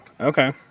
Okay